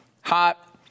hot